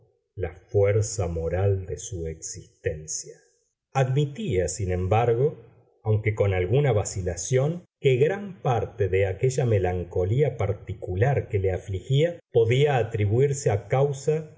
la fuerza moral de su existencia admitía sin embargo aunque con alguna vacilación que gran parte de aquella melancolía particular que le afligía podía atribuirse a causa